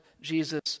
Jesus